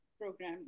program